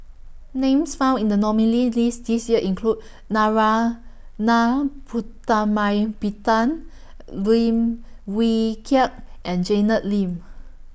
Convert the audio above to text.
Names found in The nominees' list This Year include Narana Putumaippittan Lim Wee Kiak and Janet Lim